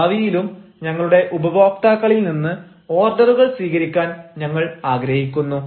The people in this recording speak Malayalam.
ഭാവിയിലും ഞങ്ങളുടെ ഉപഭോക്താക്കളിൽ നിന്ന് ഓർഡറുകൾ സ്വീകരിക്കാൻ ഞങ്ങൾ ആഗ്രഹിക്കുന്നു